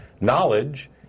knowledge